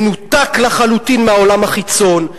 מנותק לחלוטין מהעולם החיצון,